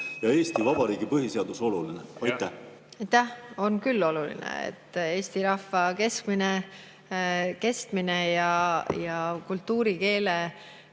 ja Eesti Vabariigi põhiseadus oluline.